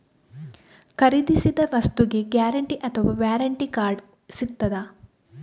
ಖರೀದಿಸಿದ ವಸ್ತುಗೆ ಗ್ಯಾರಂಟಿ ಅಥವಾ ವ್ಯಾರಂಟಿ ಕಾರ್ಡ್ ಸಿಕ್ತಾದ?